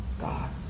God